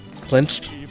clinched